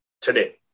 today